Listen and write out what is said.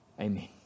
Amen